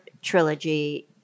trilogy